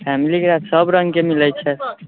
फैमिलीके साथ सब रङ्गके मिलै छै